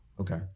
Okay